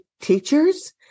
teachers